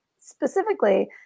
specifically